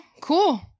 cool